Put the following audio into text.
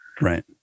Right